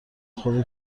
خدا